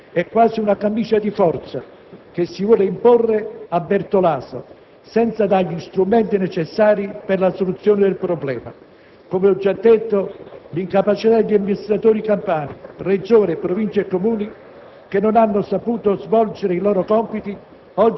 Questo decreto, così come si prospetta, è quasi una camicia di forza che si vuole imporre al commissario Bertolaso senza dargli gli strumenti necessari per la soluzione del problema. Come ho già detto, c'é l'incapacità degli amministratori campani, di Regione, Provincia e Comuni,